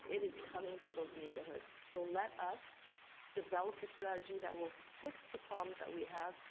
it is coming to those neighborhoods. so let us develop the strategy that will fix the problems that we have,